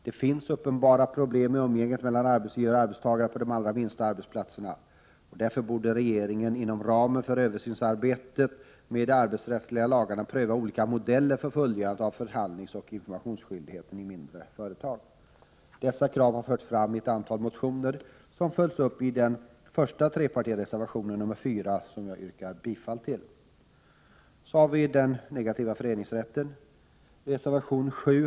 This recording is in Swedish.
Det finns uppenbara problem i umgänget mellan arbetsgivare och arbetstagare på de allra minsta arbetsplatserna. Därför borde regeringen inom ramen för översynsarbetet med de arbetsrättsliga lagarna pröva olika modeller för fullgörandet av förhandlingsoch informationsskyldigheten i mindre företag. Dessa krav har förts fram i ett antal motioner, som följs upp i den första trepartireservationen, nr 4, som jag yrkar bifall till. Den negativa föreningsrätten tas upp i reservation 7.